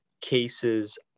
cases